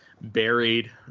buried